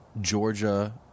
Georgia